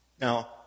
Now